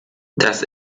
das